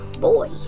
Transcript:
boy